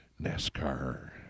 NASCAR